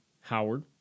Howard